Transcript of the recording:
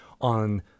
on